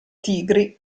tigri